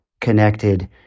connected